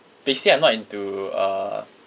basically I'm not into uh